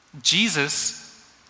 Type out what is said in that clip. Jesus